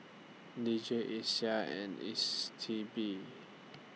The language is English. D J Isa and S T B